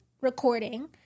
recording